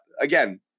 again